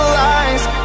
lies